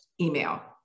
email